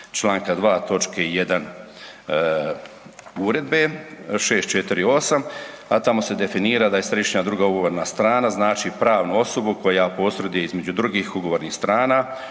točke 1. Uredbe 648, a tamo se definira da je središnja druga ugovorna strana znači pravnu osobu koja posreduje između drugih ugovornih strana